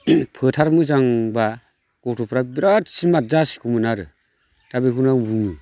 फोथार मोजांबा गथ'फोरा बिराद स्मार्ट जासिगौमोन आरो दा बेखौनो आं बुङो